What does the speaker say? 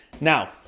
Now